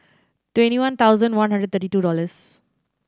twenty one thousand one hundred thirty two dollars